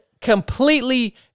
completely